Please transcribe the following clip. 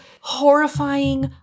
horrifying